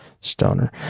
stoner